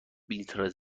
بلیط